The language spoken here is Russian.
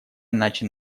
иначе